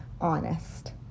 honest